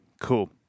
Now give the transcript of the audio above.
Cool